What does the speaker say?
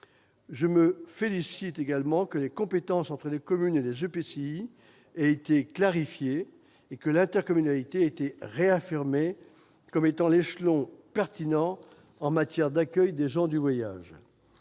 Je me félicite également que les compétences entre les communes et les EPCI aient été clarifiées et l'intercommunalité réaffirmée comme l'échelon pertinent en matière d'accueil des gens du voyage.